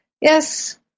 yes